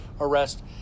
arrest